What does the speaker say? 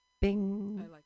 Bing